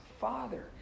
father